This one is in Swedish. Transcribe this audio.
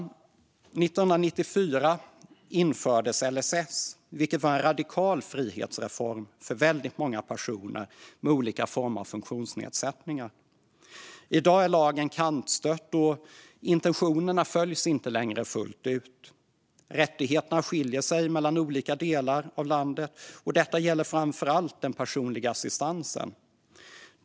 År 1994 infördes LSS. Detta var en radikal frihetsreform för väldigt många personer med olika former av funktionsnedsättningar. I dag är lagen kantstött, och intentionerna följs inte längre fullt ut. Rättigheterna skiljer sig mellan olika delar av landet; detta gäller framför allt den personliga assistansen.